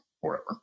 Forever